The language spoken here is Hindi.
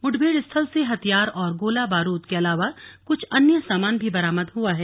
मुठभेड़ स्थल से हथियार और गोला बारूद के अलावा कुछ अन्य सामान भी बरामद हुआ है